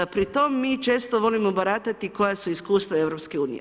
Pri tome mi često volimo baratati koja su iskustva EU.